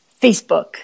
Facebook